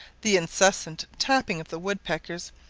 the incessant tapping of the woodpeckers,